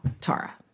Tara